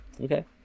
Okay